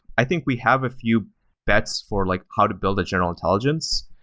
i think we have a few bets for like how to build a general intelligence,